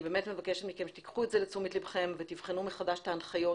באמת מבקשת מכם שתיקחו את זה לתשומת לבכם ותבחנו מחדש את ההנחיות